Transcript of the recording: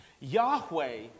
Yahweh